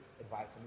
advice